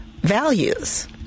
values